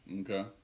Okay